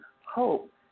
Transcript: hope